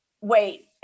wait